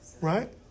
Right